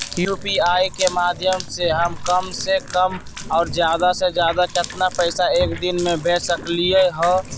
UPI के माध्यम से हम कम से कम और ज्यादा से ज्यादा केतना पैसा एक दिन में भेज सकलियै ह?